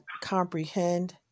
comprehend